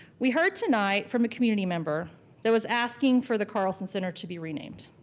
we heard tonight from a community member that was asking for the carlson center to be renamed.